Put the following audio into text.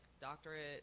doctorate